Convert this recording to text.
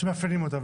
שמאפיינים אותה.